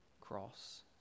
cross